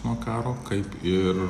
nu karo kaip ir